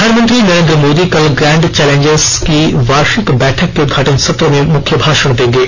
प्रधानमंत्री नरेन्द्र मोदी कल grand challenges की वार्षिक बैठक के उदघाटन सत्र में मुख्य भाषण देंगे